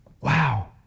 Wow